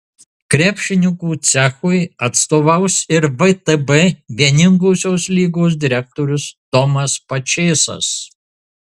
krepšininkų cechui atstovaus ir vtb vieningosios lygos direktorius tomas pačėsas